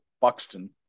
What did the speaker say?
Buxton